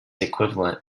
equivalent